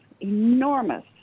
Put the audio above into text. enormous